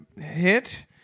hit